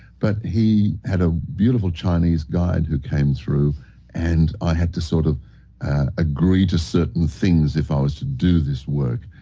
but he had a beautiful chinese guide who came through and i had to sort of agree to certain things if i was to do this work.